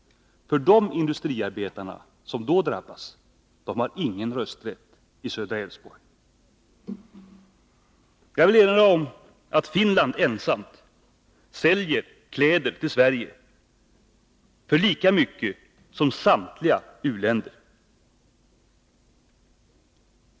De industriarbetare som då drabbas har ingen rösträtt i södra Älvsborg. Jag vill erinra om att Finland ensamt säljer kläder till Sverige för lika mycket som samtliga u-länder.